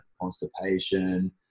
constipation